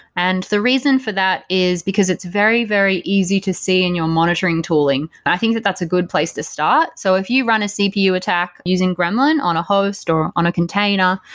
and the reason for that is because it's very, very easy to see in your monitoring tooling, i think that that's a good place to start. so if you run a cpu attack using gremlin on a host, or on a container,